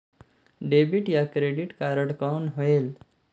Debit या credit card कौन होएल?